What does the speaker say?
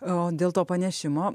o dėl to panešimo